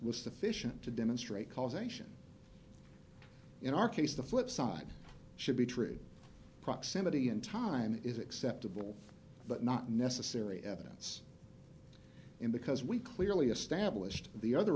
was sufficient to demonstrate causation in our case the flipside should be true proximity in time is acceptable but not necessary evidence and because we clearly established the other